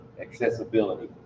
accessibility